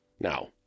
Now